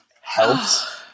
helps